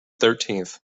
thirteenth